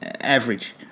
average